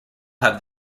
have